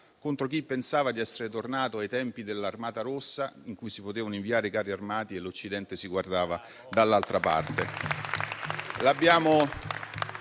contro chi pensava di essere tornati ai tempi dell'Armata rossa, in cui si potevano inviare i carri armati e l'Occidente si guardava dall'altra parte.